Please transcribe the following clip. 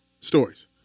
Stories